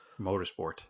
Motorsport